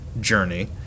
journey